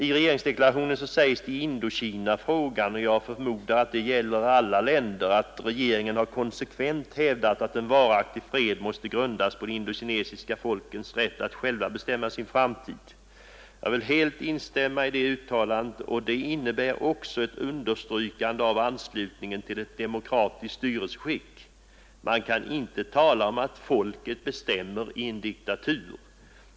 I regeringsdeklarationen sägs det i Indokinafrågan — och jag förmodar att det gäller alla länder: ”Regeringen har konsekvent hävdat att en varaktig fred måste grundas på de indokinesiska folkens rätt att själva bestämma sin framtid.” Jag vill helt instämma i detta uttalande, ty det innebär också ett understrykande av anslutningen till ett demokratiskt styrelseskick. Man kan inte tala om att folket bestämmer i en diktatur.